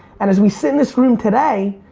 and as we sit in this room today